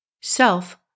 self